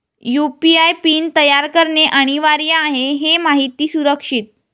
UPI PIN तयार करणे अनिवार्य आहे हे माहिती सुरक्षित